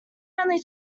only